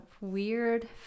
weird